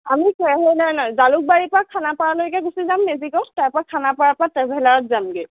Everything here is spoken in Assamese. আমি না না জালুকবাৰীৰ পৰা খানাপাৰালৈকে গুচি যাম মেজিকত তাৰপৰা খানাপাৰাৰ পৰা ট্ৰেভেলাৰত যামগৈ